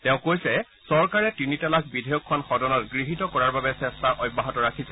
তেওঁ কৈছে চৰকাৰে তিনি তালাক বিধেয়কখন সদনত গৃহীত কৰাৰ বাবে চেট্টা অব্যাহত ৰাখিছে